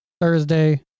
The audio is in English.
Thursday